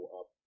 up